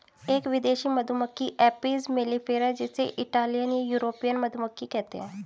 एक विदेशी मधुमक्खी एपिस मेलिफेरा जिसे इटालियन या यूरोपियन मधुमक्खी कहते है